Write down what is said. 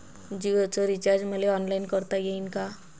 जीओच रिचार्ज मले ऑनलाईन करता येईन का?